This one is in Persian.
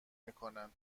میکنن